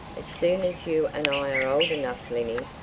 as soon as you and i are old enough, linny,